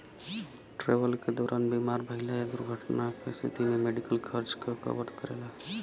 travel क दौरान बीमार भइले या दुर्घटना क स्थिति में मेडिकल खर्च क कवर करेला